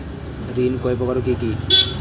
ঋণ কয় প্রকার ও কি কি?